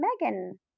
Megan